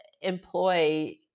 employ